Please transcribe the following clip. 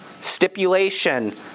Stipulation